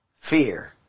fear